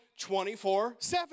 24-7